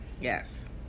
Yes